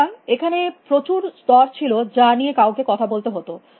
সুতরাং এখানে প্রচুর স্তর ছিল যা নিয়ে কাউকে কথা বলতে হত